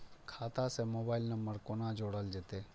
खाता से mobile number कोना जोरल जेते?